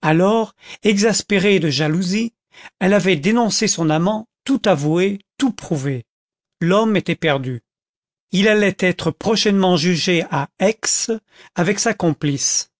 alors exaspérée de jalousie elle avait dénoncé son amant tout avoué tout prouvé l'homme était perdu il allait être prochainement jugé à aix avec sa complice